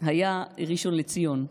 היה ראשון לציון.